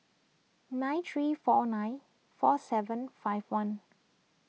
nine three four nine four seven five one